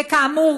וכאמור,